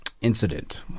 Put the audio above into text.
incident